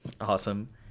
awesome